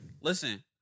listen